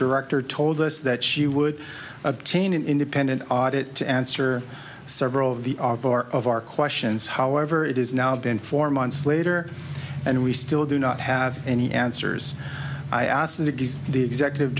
director told us that she would obtain an independent audit to answer several of the of our questions however it is now been four months later and we still do not have any answers i ask that is the executive